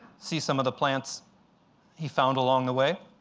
see some of the plants he found along the way,